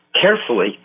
carefully